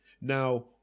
Now